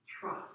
Trust